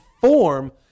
form